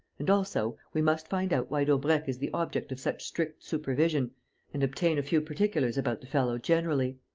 and, also, we must find out why daubrecq is the object of such strict supervision and obtain a few particulars about the fellow generally.